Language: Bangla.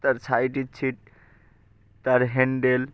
তার সাইডের সিট তার হ্যান্ডেল